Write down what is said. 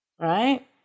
Right